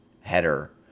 header